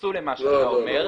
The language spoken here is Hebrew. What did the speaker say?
התייחסו למה שאתה אומר,